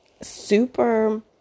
super